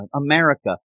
America